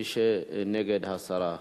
מי שנגד, הסרה.